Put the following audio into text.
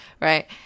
right